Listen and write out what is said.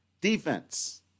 Defense